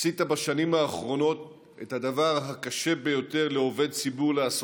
עשית בשנים האחרונות את הדבר הקשה ביותר לעובד ציבור לעשותו: